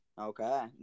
Okay